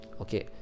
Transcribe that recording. Okay